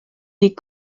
des